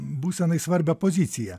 būsenai svarbią poziciją